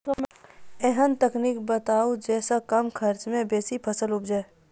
ऐहन तकनीक बताऊ जै सऽ कम खर्च मे बेसी फसल उपजे?